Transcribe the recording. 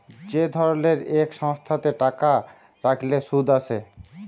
যে ধরলের ইক সংস্থাতে টাকা রাইখলে সুদ আসে